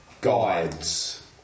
guides